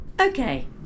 Okay